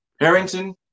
Harrington